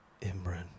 Imran